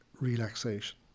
relaxation